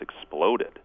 exploded